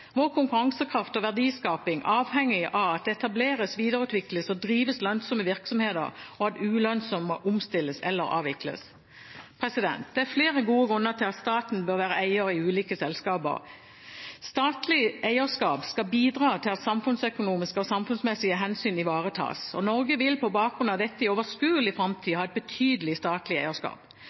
Vår konkurransekraft og verdiskaping er avhengig av at det etableres, videreutvikles og drives lønnsomme virksomheter, og at ulønnsomme omstilles eller avvikles. Det er flere gode grunner til at staten bør være eier i ulike selskaper. Statlig eierskap skal bidra til at samfunnsøkonomiske og samfunnsmessige hensyn ivaretas, og Norge vil på bakgrunn av dette i overskuelig framtid ha et betydelig statlig eierskap.